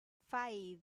five